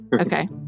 Okay